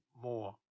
more